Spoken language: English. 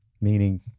meaning